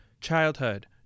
childhood